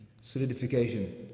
Solidification